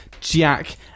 Jack